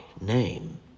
name